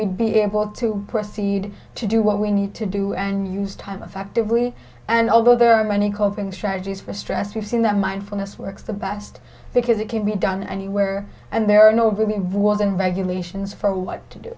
we'd be able to proceed to do what we need to do and use time affectively and although there are many coping strategies for stress we've seen that mindfulness works the best because it can be done anywhere and there are nobody involved and regulations for what to do